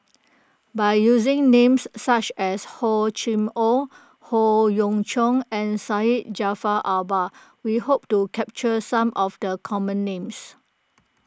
by using names such as Hor Chim or Howe Yoon Chong and Syed Jaafar Albar we hope to capture some of the common names